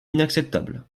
inacceptable